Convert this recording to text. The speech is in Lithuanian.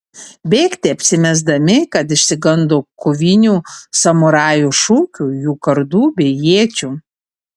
bėgti apsimesdami kad išsigando kovinių samurajų šūkių jų kardų bei iečių